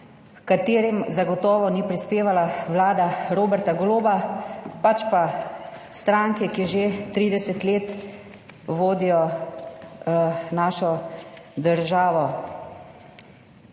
h katerim zagotovo ni prispevala Vlada Roberta Goloba, pač pa stranke, ki že trideset let vodijo našo državo.